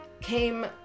came